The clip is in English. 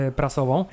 prasową